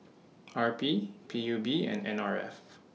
R P P U B and N R F